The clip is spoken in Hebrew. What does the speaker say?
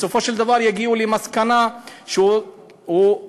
בסופו של דבר יגיעו למסקנה שהוא בסדר,